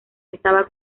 estaba